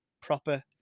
proper